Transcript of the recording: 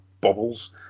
bobbles